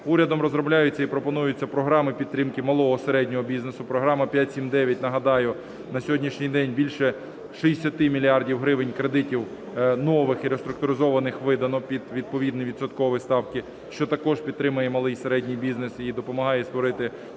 Урядом розробляються і пропонуються програми підтримки малого і середнього бізнесу. Програма "5-7-9", нагадаю, на сьогоднішній день більше 60 мільярдів гривень кредитів нових і реструктуризованих видано під відповідні відсоткові ставки, що також підтримує малий і середній бізнес і допомагає створити